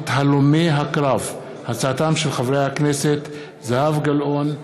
דיון מהיר בהצעתם של חברי הכנסת זהבה גלאון,